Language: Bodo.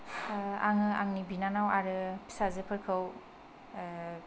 आङो आंनि बिनानाव आरो फिसाजोफोरखौ